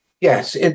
Yes